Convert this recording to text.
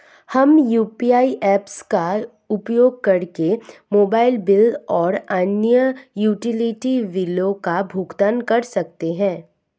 हम UPI apps का उपयोग करके मोबाइल बिल और अन्य यूटिलिटी बिलों का भुगतान कर सकते हैं